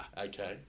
Okay